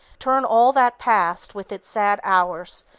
turn all that past, with its sad hours,